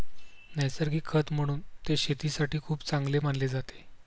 नैसर्गिक खत म्हणून ते शेतीसाठी खूप चांगले मानले जाते